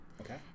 Okay